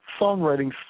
songwriting